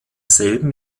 selben